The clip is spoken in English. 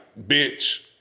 bitch